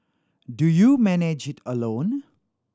do you manage it alone